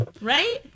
Right